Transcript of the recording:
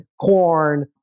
corn